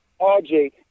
RJ